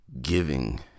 giving